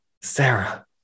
Sarah